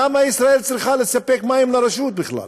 למה ישראל צריכה לספק מים לרשות בכלל?